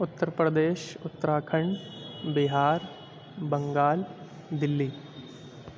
Uttar Pradesh Uttarakhand Bihar Bengal Delhi